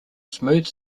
smooth